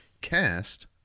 Cast